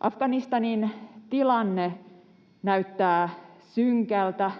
Afganistanin tilanne näyttää synkältä,